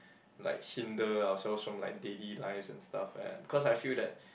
like hinder ourselves from like daily lives and stuff ah cause I feel that